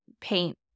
paint